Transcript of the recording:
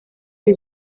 die